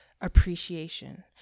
appreciation